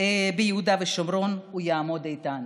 ביהודה ושומרון הוא יעמוד איתן.